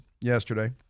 yesterday